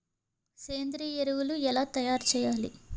సేంద్రీయ ఎరువులు ఎలా తయారు చేయాలి?